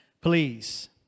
Please